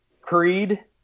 Creed